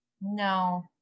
No